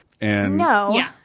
No